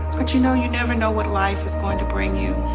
but you know, you never know what life is going to bring you.